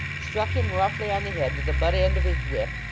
struck him roughly on the head with the butt end of his whip,